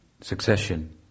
succession